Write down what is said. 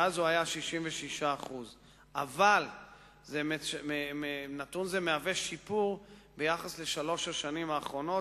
שאז הוא היה 66%. אבל נתון זה מהווה שיפור ביחס לשלוש השנים האחרונות,